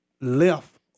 left